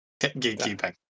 gatekeeping